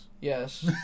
Yes